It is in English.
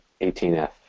18F